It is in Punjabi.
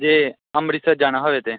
ਜੇ ਅੰਮ੍ਰਿਤਸਰ ਜਾਣਾ ਹੋਵੇ ਤਾਂ